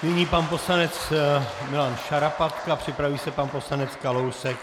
Nyní pan poslanec Milan Šarapatka, připraví se pan poslanec Kalousek.